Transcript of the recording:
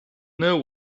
know